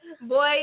boy